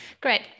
Great